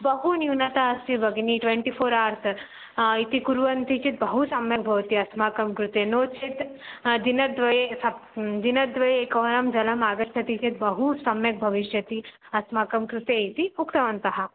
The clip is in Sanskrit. बहु न्यूनता अस्ति भगिनि ट्वेण्टि फ़ोर् आर्स् इति कुर्वन्ति चेत् बहु सम्यक् भवति अस्माकं कृते नो चेत् दिनद्वये सप् दिनद्वये एकवारं जलम् आगच्छति चेत् बहु सम्यक् भविष्यति अस्माकं कृते इति उक्तवन्तः